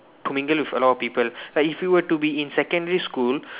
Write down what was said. to mingle with a lot of people like if you were to be in secondary school